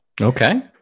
Okay